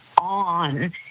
on